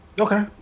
okay